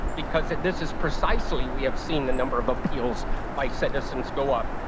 because this is precisely, we have seen the number of appeals by citizens go up,